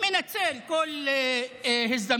מנצל כל הזדמנות.